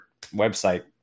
website